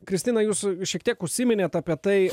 kristina jūsų šiek tiek užsiminėt apie tai